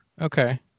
okay